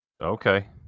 okay